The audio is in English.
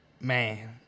Man